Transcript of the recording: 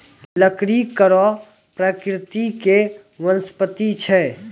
लकड़ी कड़ो प्रकृति के वनस्पति छै